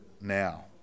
now